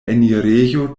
enirejo